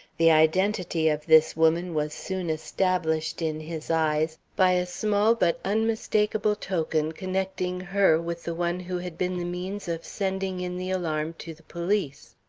the identity of this woman was soon established in his eyes by a small but unmistakable token connecting her with the one who had been the means of sending in the alarm to the police.